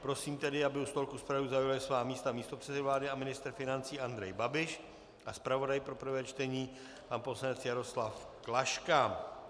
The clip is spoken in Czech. Prosím tedy, aby u stolku zpravodajů zaujali svá místa místopředseda vlády a ministr financí Andrej Babiš a zpravodaj pro prvé čtení pan poslanec Jaroslav Klaška.